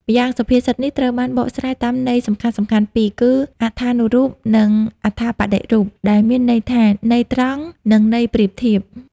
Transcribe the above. ម្យ៉ាងសុភាសិតនេះ ត្រូវបានបកស្រាយតាមន័យសំខាន់ៗពីរគឺ អត្ថានុរូប និង អត្ថប្បដិរូប ដែលមានន័យថា ន័យត្រង់និងន័យប្រៀបធៀប។